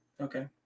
Okay